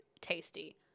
tasty